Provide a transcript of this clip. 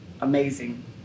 amazing